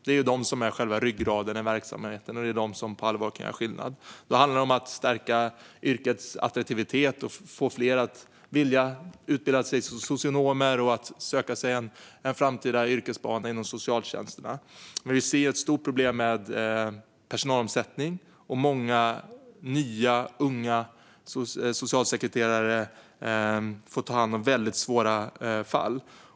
Det är de som är själva ryggraden i verksamheten och de som på allvar kan göra skillnad. Då handlar det om att stärka yrkets attraktivitet och få fler att vilja utbilda sig till socionom och att söka sig en framtida yrkesbana inom socialtjänsterna. Men vi ser ett stort problem med personalomsättning. Många nya, unga socialsekreterare får ta hand om väldigt svåra fall.